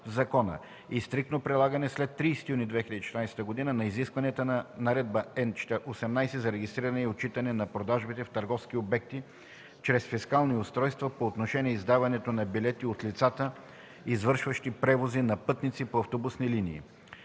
и стриктно прилагане след 30 юни 2014 г. на изискванията на Наредба № Н-18 за регистриране и отчитане на продажбите в търговски обекти чрез фискални устройства по отношение издаването на билети от лицата, извършващи превози на пътници по автобусни линии.